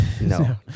No